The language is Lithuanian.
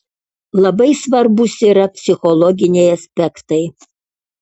labai svarbūs yra psichologiniai aspektai